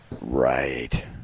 Right